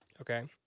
Okay